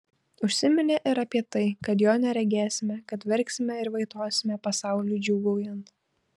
užsiminė ir apie tai kad jo neregėsime kad verksime ir vaitosime pasauliui džiūgaujant